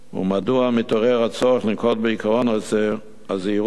ומדוע מתעורר הצורך לנקוט את עקרון הזהירות המונעת.